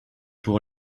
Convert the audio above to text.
pour